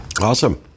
Awesome